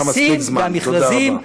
המסים והמכרזים?